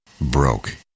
broke